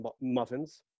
muffins